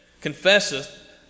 confesseth